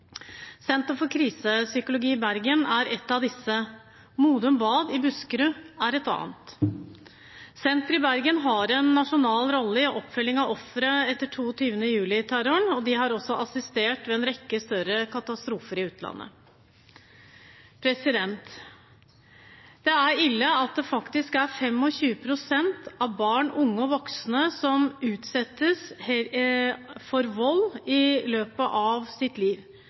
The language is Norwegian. Senter for Krisepsykologi i Bergen er et av disse, Modum Bad i Buskerud er et annet. Senteret i Bergen har en nasjonal rolle i oppfølgingen av ofre etter 22. juli-terroren, og de har også assistert ved en rekke større katastrofer i utlandet. Det er ille at det faktisk er 25 pst. av barn, unge og voksne som utsettes for vold i løpet av sitt liv,